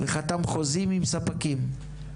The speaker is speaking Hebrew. וחתם חוזים עם ספקים.